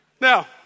Now